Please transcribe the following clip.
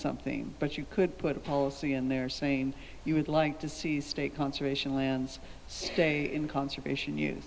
something but you could put a policy in there saying you would like to see state conservation lands stay in conservation